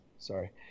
Sorry